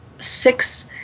six